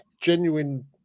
genuine